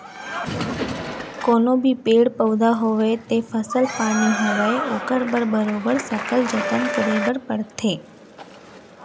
कोनो भी पेड़ पउधा होवय ते फसल पानी होवय ओखर बर बरोबर सकल जतन करे बर परथे